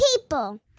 people